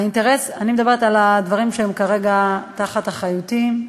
אני מדברת על הדברים שהם כרגע תחת אחריותי.